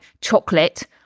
chocolate